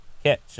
catch